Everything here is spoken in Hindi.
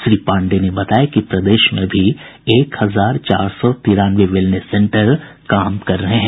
श्री पांडेय ने बताया कि प्रदेश में अभी एक हजार चार सौ तिरानवे वेलनेस सेंटर काम कर रहे हैं